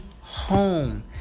home